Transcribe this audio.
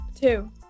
two